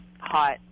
hot